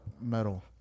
metal